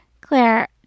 Claire